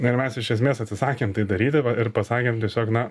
ir mes iš esmės atsisakėm tai daryti ir pasakėm tiesiog na